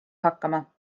hakkama